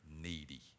needy